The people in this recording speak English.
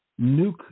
nuke